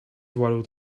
world